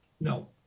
No